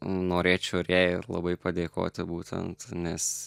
norėčiau ir jai labai padėkoti būtent nes